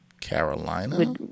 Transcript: Carolina